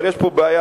אבל יש פה בעיה.